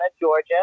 georgia